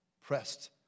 pressed